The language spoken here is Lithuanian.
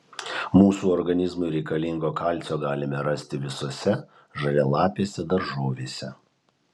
mūsų organizmui reikalingo kalcio galime rasti visose žalialapėse daržovėse